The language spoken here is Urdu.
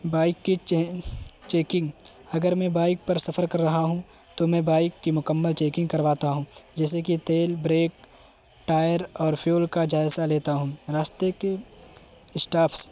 بائک کے چین چیکنگ اگر میں بائک پر سفر کر رہا ہوں تو میں بائک کی مکمل چیکنگ کرواتا ہوں جیسے کہ تیل بریک ٹائر اور فیول کا جائزہ لیتا ہوں راستے کے اسٹاپس